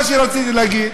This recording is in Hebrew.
מה שרציתי להגיד,